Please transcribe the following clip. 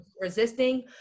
resisting